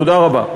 תודה רבה.